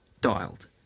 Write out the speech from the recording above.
dialed